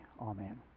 Amen